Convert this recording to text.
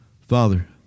Father